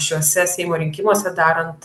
šiuose seimo rinkimuose darant